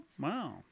Wow